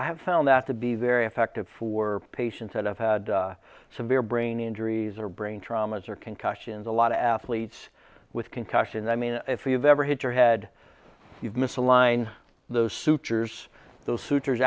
i have found that to be very effective for patients that have had severe brain injuries or brain traumas or concussions a lot of athletes with concussions i mean if you've ever hit your head you've misaligned those sutures those su